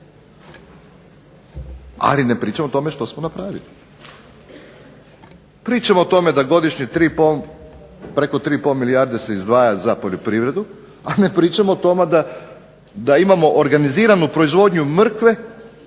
ali ne pričamo o tome što smo napravili. Pričamo o tome da godišnje se preko 3,5 milijarde se izdvaja za poljoprivredu, a ne pričamo o tome da imamo organiziranu proizvodnju mrkve